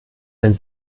denn